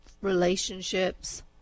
relationships